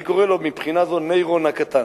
אני קורא לו מבחינה זו "נירון הקטן".